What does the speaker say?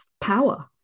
power